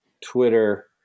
Twitter